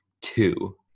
two